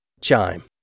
Chime